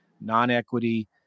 non-equity